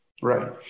Right